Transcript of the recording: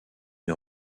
une